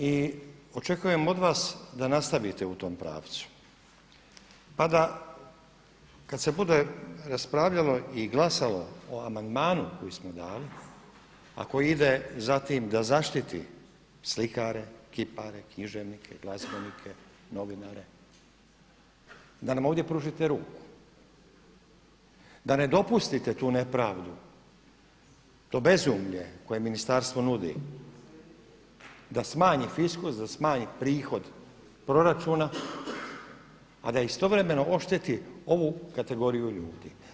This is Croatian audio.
I očekujem od vas da nastavite u tom pravcu pa da kada se bude raspravljalo i glasalo o amandmanu koji smo dali a koji ide za tim da zaštiti slikare, kipare, književnike, glazbenike, novinare, da nam ovdje pružite ruku, da ne dopustite tu nepravdu, to bezumlje koje ministarstvo nudi da smanji fiskus, da smanji prihod proračuna a da istovremeno ošteti ovu kategoriju ljudi.